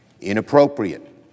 Inappropriate